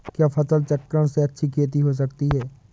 क्या फसल चक्रण से अच्छी खेती हो सकती है?